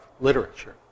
literature